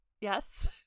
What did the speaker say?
Yes